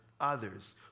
others